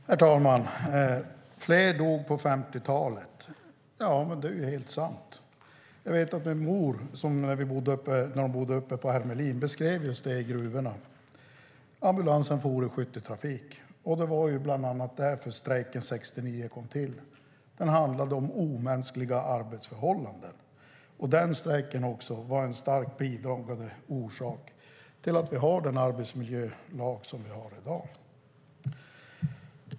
Herr talman! Fler dog på 50-talet - ja, det är helt sant. Min mor beskrev just det i gruvorna när hon bodde uppe på Hermelin: Ambulansen for i skytteltrafik. Det var bland annat därför strejken 1969 kom till; den handlade om omänskliga arbetsförhållanden. Den strejken var också en starkt bidragande orsak till att vi har den arbetsmiljölag vi har i dag.